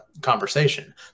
conversation